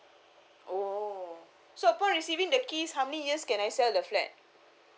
oh so upon receiving the keys how many years can I sell the flat